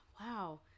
wow